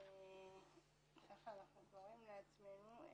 כך אנחנו קוראים לעצמנו,